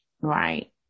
Right